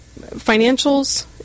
financials